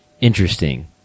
interesting